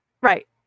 Right